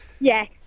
Yes